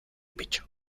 pecho